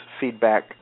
feedback